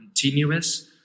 continuous